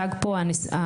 הוצג פה הפטור,